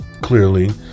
clearly